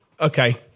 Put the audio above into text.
Okay